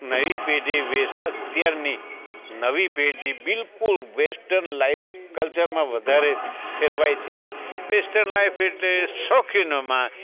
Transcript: નવી પેઢી અત્યારની નવી પેઢી બિલકુલ વેસ્ટર્ન લાઈફ કલ્ચરમાં વધારે ફેરવાઈ છે વેસ્ટર્ન લાઇફ એટલે શોખીનોમાં